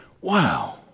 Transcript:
wow